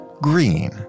green